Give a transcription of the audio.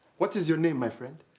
what is your name, my friend?